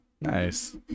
Nice